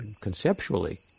Conceptually